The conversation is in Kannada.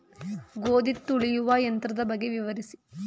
ಗೋಧಿ ತುಳಿಯುವ ಯಂತ್ರದ ಬಗ್ಗೆ ವಿವರಿಸಿ?